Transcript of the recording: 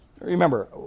remember